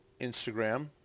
Instagram